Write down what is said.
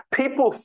people